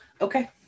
okay